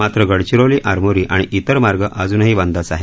मात्र गडचिरोली आरमोरी आणि इतर मार्ग अजूनही बंदच आहेत